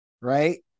right